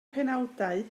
penawdau